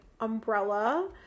umbrella